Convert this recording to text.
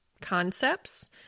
concepts